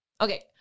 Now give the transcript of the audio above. Okay